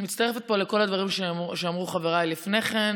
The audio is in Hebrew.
אני מצטרפת פה לכל הדברים שאמרו חבריי לפני כן,